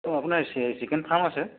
অঁ আপোনাৰ chicken farm আছে